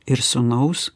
ir sūnaus